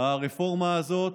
הרפורמה הזאת.